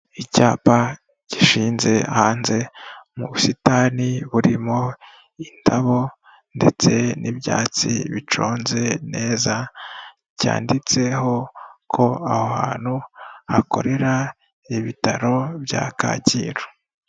Icyapa gishinze hanze mu busitani burimo indabo ndetse n'ibyatsi biconze neza, cyanditseho ko aho hantu hakorera ibitaro bya Kacyiru.